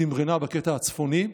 תמרנה בקטע הצפוני,